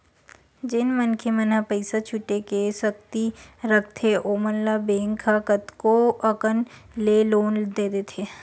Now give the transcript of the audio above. जेन मनखे मन ह पइसा छुटे के सक्ति रखथे ओमन ल बेंक ह कतको अकन ले लोन दे देथे